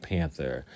Panther